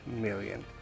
million